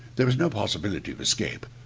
there was no possibility of escape.